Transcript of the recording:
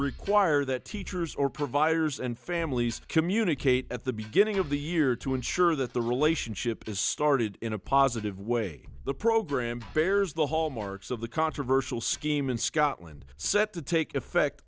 require that teachers or providers and families communicate at the beginning of the year to ensure that the relationship is started in a positive way the program bears the hallmarks of the controversial scheme in scotland set to take effect